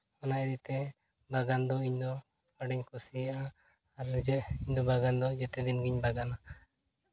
ᱚᱱᱟ ᱤᱫᱤᱛᱮ ᱵᱟᱜᱟᱱ ᱫᱚ ᱤᱧᱫᱚ ᱟᱹᱰᱤᱧ ᱠᱩᱥᱤᱭᱟᱜᱼᱟ ᱟᱨ ᱡᱮ ᱤᱧᱫᱚ ᱵᱟᱜᱟᱱ ᱫᱚ ᱡᱮᱛᱮ ᱫᱤᱱ ᱜᱮᱧ ᱵᱟᱜᱟᱱᱟ